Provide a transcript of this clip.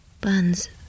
Buns